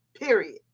period